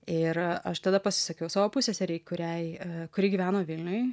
ir aš tada pasisakiau savo pusseserei kuriai kuri gyveno vilniuj